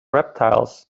reptiles